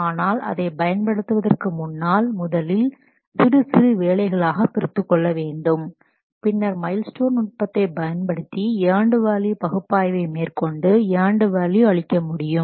ஆனால் அதை பயன்படுத்துவதற்கு முன்னால் முதலில் சிறு சிறு வேலைகளாக பிரித்துக்கொள்ள வேண்டும் பின்னர் மைல் ஸ்டோன் நுட்பத்தை பயன்படுத்தி ஏண்டு வேல்யூ பகுப்பாய்வை மேற்கொண்டு ஏண்டு வேல்யூ அளிக்க முடியும்